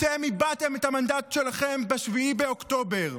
אתם איבדתם את המנדט שלכם ב-7 באוקטובר.